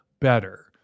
better